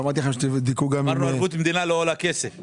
ואמרתי לכם שתבדקו גם --- דיברנו ערבות מדינה לא עולה כסף.